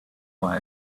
why